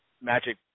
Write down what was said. Magic